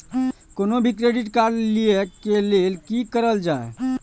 कोनो भी credit card लिए के लेल की करल जाय?